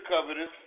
covetous